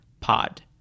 POD